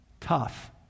tough